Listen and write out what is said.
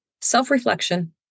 self-reflection